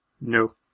No